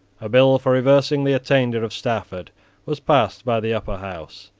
a bill for reversing the attainder of stafford was passed by the upper house,